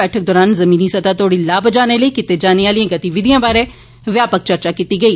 बैठक दरान जमीनी सतह् तोड़ी लाह् पजाने लेई कीती जाने आली गतिविधिएं बारे वयापक चर्चा कीती गेई